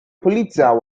pulitzer